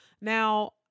Now